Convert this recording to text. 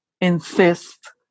insist